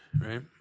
right